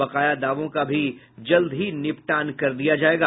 बकाया दावों का भी जल्द ही निपटान कर दिया जायेगा